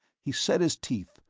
he set his teeth,